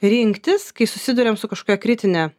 rinktis kai susiduriam su kažkokia kritine